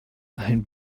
ein